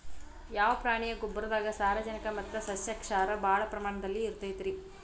ಯಾವ ಪ್ರಾಣಿಯ ಗೊಬ್ಬರದಾಗ ಸಾರಜನಕ ಮತ್ತ ಸಸ್ಯಕ್ಷಾರ ಭಾಳ ಪ್ರಮಾಣದಲ್ಲಿ ಇರುತೈತರೇ?